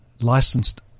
licensed